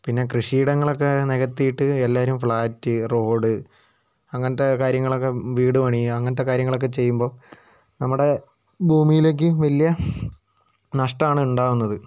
പിന്നെ കൃഷിയിടങ്ങളൊക്കെ നികത്തിയിട്ട് എല്ലാവരും ഫ്ലാറ്റ് റോഡ് അങ്ങനത്തെ കാര്യങ്ങളൊക്കെ വീടുപണിയുക അങ്ങനത്തെ കാര്യങ്ങളൊക്കെ ചെയ്യുമ്പോൾ നമ്മുടെ ഭൂമിയിലേയ്ക്ക് വലിയ നഷ്ടമാണുണ്ടാകുന്നത്